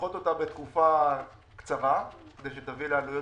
ולדחות אותה בתקופה קצרה כדי שתביא לעלויות